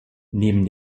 neben